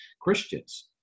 Christians